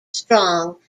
strong